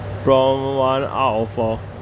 promtone out of four